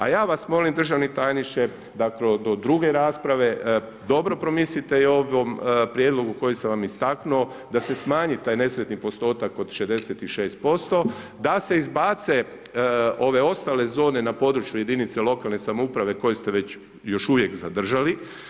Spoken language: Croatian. A ja vas molim, državni tajniče, da do druge rasprave, dobro promislite i o ovom prijedlogu koji sam vam istaknuo, da se smanji taj nesretni postotak od 66%, da se izbace ove ostale zone na području jedinice lokalne samouprave, koje ste već, još uvijek zadržali.